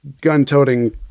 gun-toting